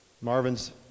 Marvin's